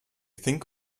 think